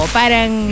parang